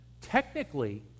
Technically